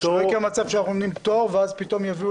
שלא יהיה מצב שאנחנו נותנים פטור ואז פתאום יביאו